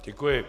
Děkuji.